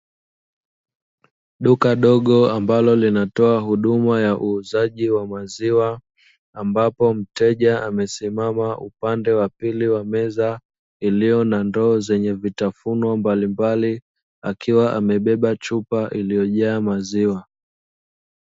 Duka dogo ambalo linalotoa huduma ya uuzaji wa maziwa, ambapo mteja amesimama upande wa pili wa meza iliyo na ndoo zenye vitafuno mbalimbali, akiwa amebeba chupa iliyojaa maziwa.